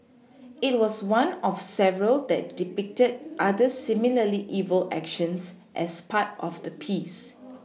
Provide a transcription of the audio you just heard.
it was one of several that depicted other similarly evil actions as part of the piece